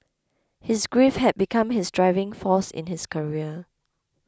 his grief had become his driving force in his career